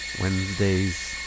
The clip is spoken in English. Wednesdays